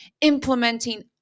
implementing